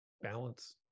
balance